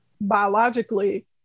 biologically